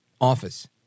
office